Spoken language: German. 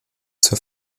zur